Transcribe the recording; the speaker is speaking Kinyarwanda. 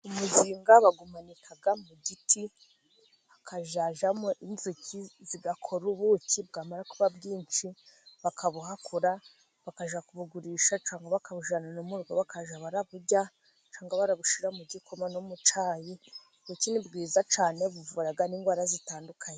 Imizinga bawumanika mu giti, hakazajyamo inzuki zigakora ubuki bwamara kuba bwinshi, bakabuhakura bakajya kubugurisha cyangwa bakabujyana no mu rugo bakajya baraburya, cyangwa barabushyira mu gikoma no mu cyayi, ubuki ni bwiza cyane buvura n'indwara zitandukanye.